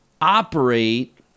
operate